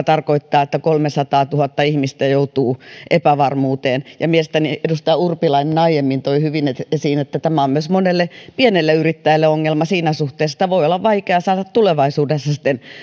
tarkoittaa että kolmesataatuhatta ihmistä joutuu epävarmuuteen mielestäni edustaja urpilainen toi aiemmin hyvin esiin että tämä on myös monelle pienelle yrittäjälle ongelma siinä suhteessa että voi olla vaikea saada tulevaisuudessa sitten